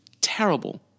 terrible